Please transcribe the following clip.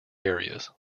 areas